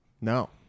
No